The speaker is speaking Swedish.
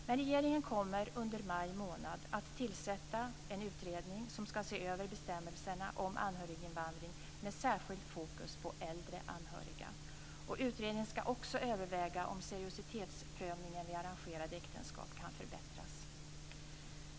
Men regeringen kommer under maj månad att tillsätta en utredning som ska se över bestämmelserna om anhöriginvandring med särskilt fokus på äldre anhöriga. Utredningen ska också överväga om seriositetsprövningen vid arrangerade äktenskap kan förbättras.